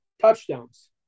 touchdowns